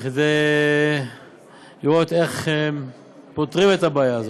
כדי לראות איך פותרים את הבעיה הזאת.